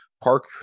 Park